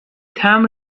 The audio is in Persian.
مبر